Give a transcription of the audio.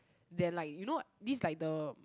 than like you know this like the